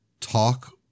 Talk